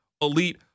elite